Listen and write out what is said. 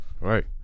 Right